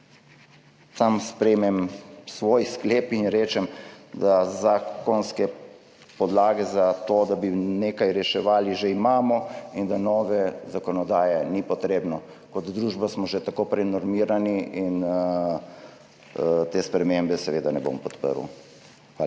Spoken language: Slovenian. sam sprejmem svoj sklep in rečem, da zakonske podlage za to, da bi nekaj reševali, že imamo in da nova zakonodaja ni potrebna. Kot družba smo že tako prenormirani. Te spremembe seveda ne bom podprl. Hvala.